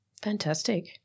Fantastic